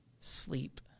sleep